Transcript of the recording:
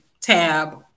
tab